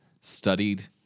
studied